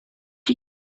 you